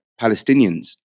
Palestinians